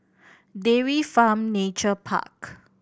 Dairy Farm Nature Park